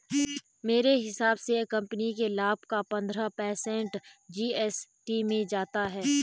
मेरे हिसाब से कंपनी के लाभ का पंद्रह पर्सेंट जी.एस.टी में जाता है